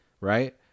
right